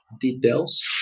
details